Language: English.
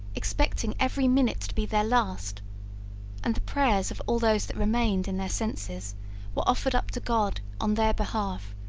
expecting every minute to be their last and the prayers of all those that remained in their senses were offered up to god, on their behalf,